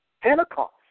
pentecost